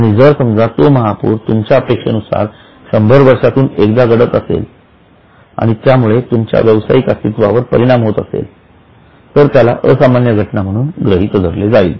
आणि जर समजा तो महापौर तुमच्या अपेक्षेनुसार शंभर वर्षांतून एकदा घडू शकत असेल आणि ज्यामुळे तुमच्या व्यवसायाच्या अस्तित्वावर परिणाम होत असेल तर त्याला असामान्य घटना म्हणून गृहीत धरले जाईल